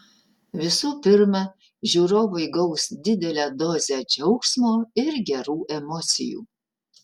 visų pirma žiūrovai gaus didelę dozę džiaugsmo ir gerų emocijų